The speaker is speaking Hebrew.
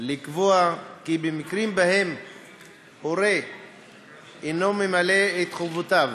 לקבוע כי במקרים שבהם הורה אינו ממלא את חובותיו